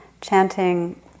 chanting